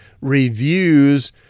reviews